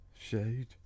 Shade